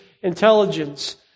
intelligence